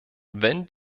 wenn